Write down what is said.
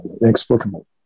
inexplicable